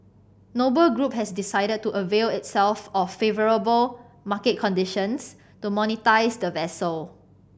Noble Group has decided to avail itself of favourable market conditions to monetise the vessel